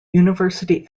university